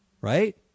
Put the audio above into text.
right